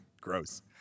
Gross